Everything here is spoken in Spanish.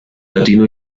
latino